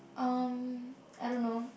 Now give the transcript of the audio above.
um I don't know